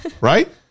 right